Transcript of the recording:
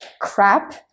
crap